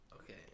okay